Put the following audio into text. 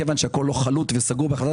כיוון שהכול לא חלוט וסגור בהחלטת